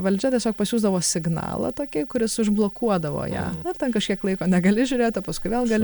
valdžia tiesiog pasiųsdavo signalą tokį kuris užblokuodavo ją ir ten kažkiek laiko negali žiūrėt o paskui vėl gali